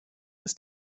ist